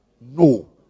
No